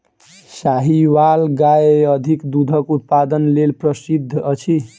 साहीवाल गाय अधिक दूधक उत्पादन लेल प्रसिद्ध अछि